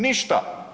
Ništa.